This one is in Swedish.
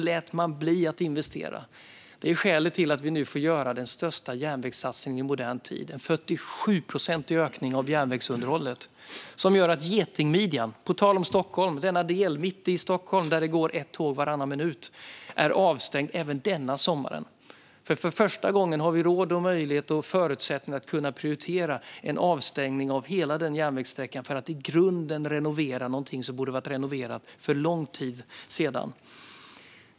Detta är skälet till att vi nu får göra den största järnvägssatsningen i modern tid. Vi gör en 47-procentig ökning av järnvägsunderhållet, som innebär att Getingmidjan, denna del mitt i Stockholm där det går ett tåg varannan minut, är avstängd även denna sommar. För första gången har vi råd, möjlighet och förutsättningar att prioritera en avstängning av hela den järnvägssträckan för att i grunden renovera något som borde ha renoverats för länge sedan.